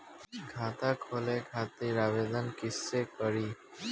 खाता खोले खातिर आवेदन कइसे करी?